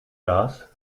gas